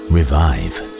Revive